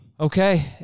Okay